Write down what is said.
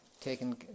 taken